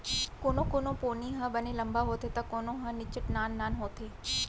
कोनो कोनो पोनी ह बने लंबा होथे त कोनो ह निच्चट नान नान होथे